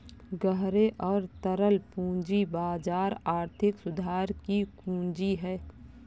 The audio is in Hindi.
गहरे और तरल पूंजी बाजार आर्थिक सुधार की कुंजी हैं,